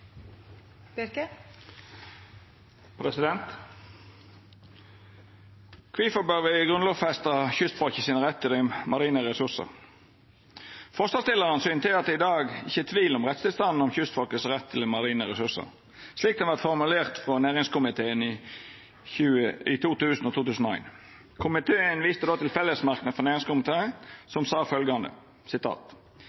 Kvifor bør me grunnlovfeste kystfolket sine rettar til marine ressursar? Forslagsstillarane syner til at det i dag ikkje er tvil om rettstilstanden kring kystfolket sin rett til marine ressursar, slik det vart formulert frå næringskomiteen i sesjonen 2000–2001. Komiteen viste då til fellesmerknader frå næringskomiteen